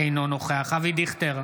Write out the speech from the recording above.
אינו נוכח אבי דיכטר,